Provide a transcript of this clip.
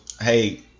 hey